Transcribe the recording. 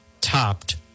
topped